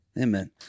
Amen